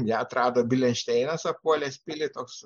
ją atrado bilenšteinas apuolės pilį toks